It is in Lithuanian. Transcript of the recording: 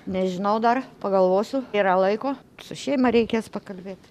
nežinau dar pagalvosiu yra laiko su šeima reikės pakalbėti